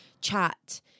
chat